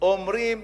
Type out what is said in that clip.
אומרים